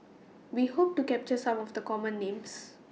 We Hope to capture Some of The Common Names